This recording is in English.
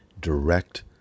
direct